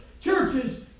churches